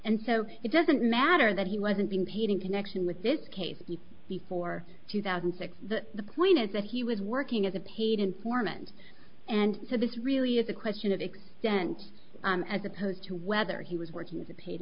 and so it doesn't matter that he wasn't being paid in connection with this case before two thousand and six that the point is that he was working as a paid informant and so this really is a question of extent as opposed to whether he was working as a paid